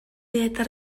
dieta